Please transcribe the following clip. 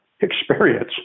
experience